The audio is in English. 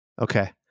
Okay